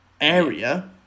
area